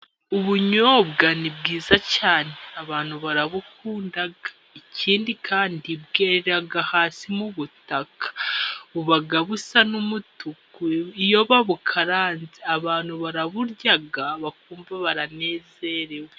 Ubunyobwa ni bwiza cyane abantu barabukunda, ikindi kandi bwera hasi mu butaka buba busa n'umutuku. Iyo babukaranze abantu baraburya bakumva baranezerewe.